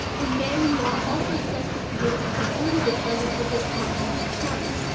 and then you are also expected to give a security deposit for just half month's rent.